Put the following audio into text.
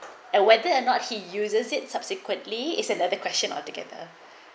and whether or not he uses it subsequently is another question altogether